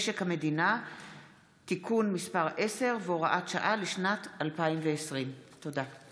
משק המדינה (תיקון מס' 10 והוראת שעה לשנת 2020). תודה.